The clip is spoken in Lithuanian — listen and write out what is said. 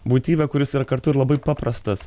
būtybę kuris yra kartu ir labai paprastas